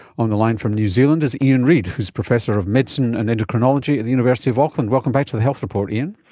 on the line from new zealand is ian reid who is professor of medicine and endocrinology at the university of auckland. welcome back to the health report, ian.